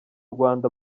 rwanda